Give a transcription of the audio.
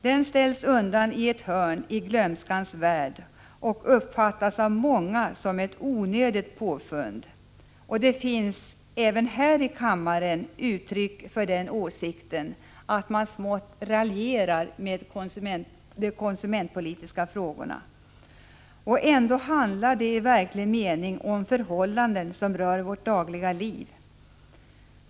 Den ställs undan i ett hörn i glömskans värld och uppfattas av många som ett onödigt påfund. Det finns även här i kammaren uttryck för den åsikten att man smått raljerar med de konsumentpolitiska frågorna. Ändå handlar det i verklig mening om förhållanden som rör vårt dagliga liv.